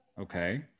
Okay